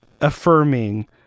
affirming